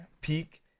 Peak